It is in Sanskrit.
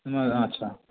नम हा अच्छा